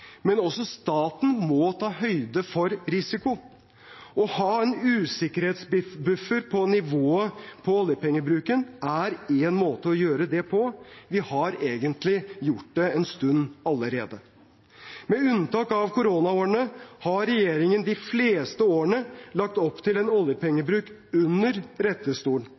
men også staten må ta høyde for risiko. Å ha en usikkerhetsbuffer for nivået på oljepengebruken er én måte å gjøre det på. Vi har egentlig gjort det slik en stund allerede. Med unntak av i korona-årene har regjeringen de fleste årene lagt opp til en oljepengebruk under